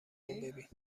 ببین